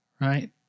Right